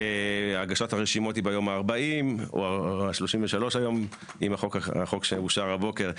הגשת הרשימות היא ביום ה-40 או 33 היום עם החוק שאושר הבוקר.